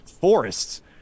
forests